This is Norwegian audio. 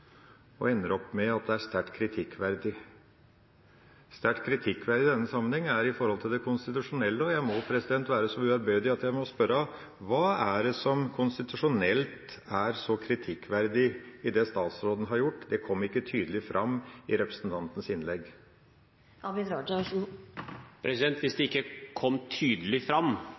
og ender opp med at det er «sterkt kritikkverdig». «Sterkt kritikkverdig» i denne sammenheng er når det gjelder det konstitusjonelle. Jeg må være så uærbødig at jeg må spørre: Hva er det som konstitusjonelt er så kritikkverdig i det statsråden har gjort? Det kom ikke tydelig fram i representantens innlegg. Hvis